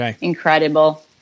Incredible